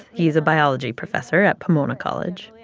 he is a biology professor at pomona college.